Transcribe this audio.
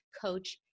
coach